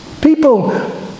People